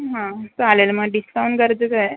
हां चालेल मग डिस्काउंट गरजेचा आहे